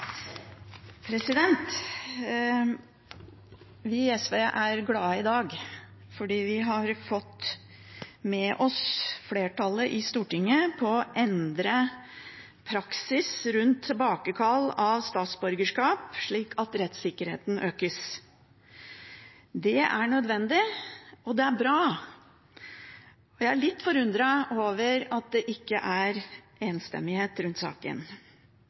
Vi i SV er glade i dag, fordi vi har fått med oss flertallet i Stortinget på å endre praksis rundt tilbakekall av statsborgerskap, slik at rettssikkerheten økes. Det er nødvendig, og det er bra. Jeg er litt forundret over at det ikke er enstemmighet rundt saken.